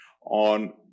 on